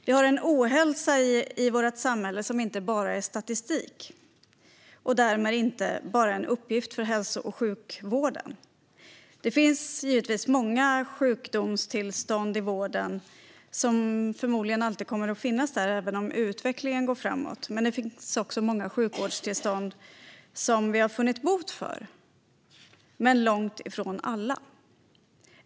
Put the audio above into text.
Vi har en ohälsa i vårt samhälle som inte bara är statistik och därmed inte en uppgift för bara hälso och sjukvården. Många sjukdomstillstånd kommer förmodligen alltid att finnas i vården även om utvecklingen går framåt. Men det finns också många sjukdomstillstånd som vi har funnit botemedel för. Det gäller dock långt ifrån alla.